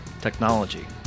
technology